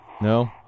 No